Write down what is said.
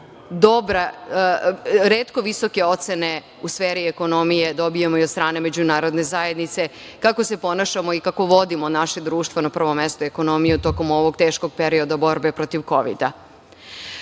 retko visoke ocene u sferi ekonomije dobijamo i od strane međunarodne zajednice, kako se ponašamo i kako vodimo naše društvo, na prvom mestu ekonomiju, tokom ovog teškog perioda borbe protiv kovida. Sa